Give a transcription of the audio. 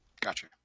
gotcha